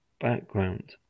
background